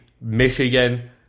Michigan